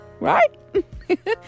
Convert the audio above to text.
right